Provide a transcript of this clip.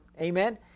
Amen